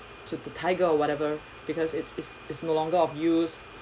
to the tiger or whatever because it's it's it's no longer of use